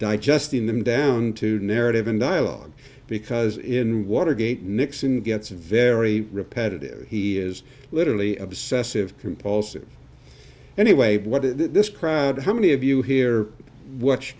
digesting them down to narrative and dialogue because in watergate nixon gets very repetitive he is literally obsessive compulsive anyway what it is this crowd how many of you here what